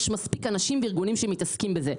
יש מספיק אנשים וארגונים שמתעסקים בזה,